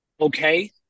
okay